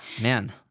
man